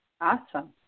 Awesome